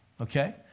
okay